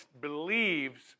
believes